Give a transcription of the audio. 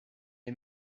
est